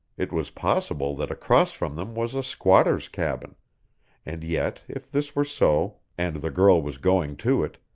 it was possible that across from them was a squatter's cabin and yet if this were so, and the girl was going to it,